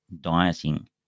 dieting